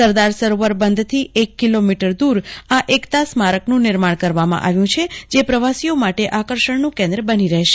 સરદાર સરોવર બંધથી એક કીલોમીટર દૂર આ એકતા સ્મારકનું નિર્માણ કરવામાં આવ્યું છે જે પ્રવાસીઓ માટે આકર્ષણનું કેન્દ્ર બની રહેશે